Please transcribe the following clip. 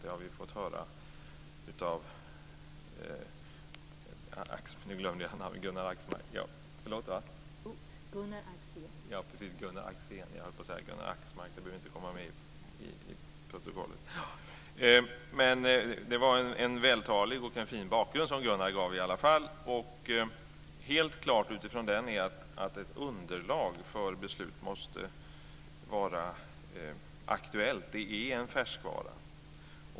Det har vi fått höra av Gunnar Axén. Det var en vältalig och fin bakgrund som Gunnar Axén gav. Helt klart utifrån det är att ett underlag för beslut måste vara aktuellt, det är en färskvara.